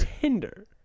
Tinder